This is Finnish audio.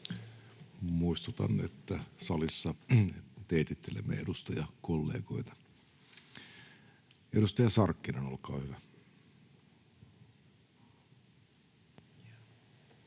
Muistutan, että salissa teitittelemme edustajakollegoita. — Edustaja Sarkkinen, olkaa hyvä.